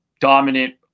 dominant